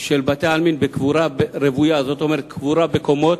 של בתי-העלמין בקבורה רוויה זאת אומרת קבורה בקומות,